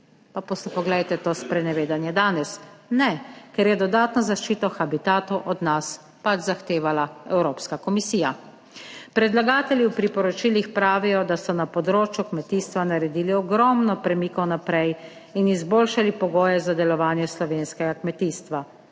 pa si poglejte to sprenevedanje danes. Ne, ker je dodatno zaščito habitatov od nas pač zahtevala Evropska komisija. Predlagatelji v priporočilih pravijo, da so na področju kmetijstva naredili ogromno premikov naprej in izboljšali pogoje za delovanje slovenskega kmetijstva.